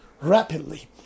rapidly